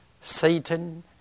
Satan